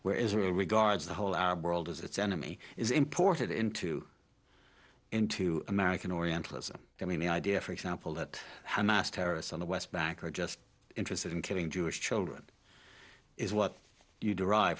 israel regards the whole arab world as its enemy is imported into into american orientalism i mean the idea for example that how mass terrorists on the west bank are just interested in killing jewish children is what you derive